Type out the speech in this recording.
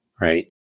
right